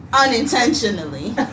unintentionally